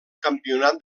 campionat